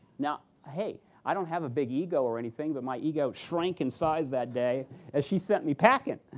now, hey, i don't have a big ego or anything, but my ego shrank in size that day as she sent me packing.